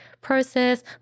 process